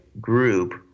group